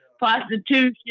prostitution